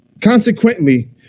Consequently